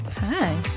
Hi